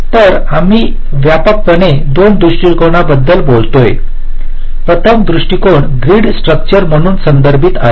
तर आम्ही व्यापकपणे दोन दृष्टिकोनांबद्दल बोलतोय प्रथम दृष्टिकोन ग्रिड स्ट्रक्चर म्हणून संदर्भित आहे